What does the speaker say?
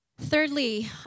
Thirdly